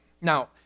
Now